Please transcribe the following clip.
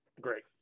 great